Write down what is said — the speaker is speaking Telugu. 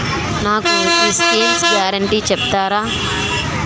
నాకు ఈ స్కీమ్స్ గ్యారంటీ చెప్తారా?